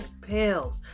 pills